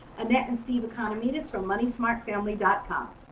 annette and steve economides for moneysmartfamily dot com